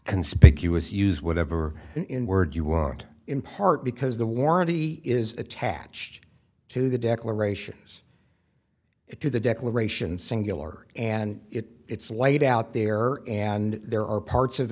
conspicuous use whatever in word you want in part because the warranty is attached to the declarations it to the declaration singular and if it's laid out there and there are parts of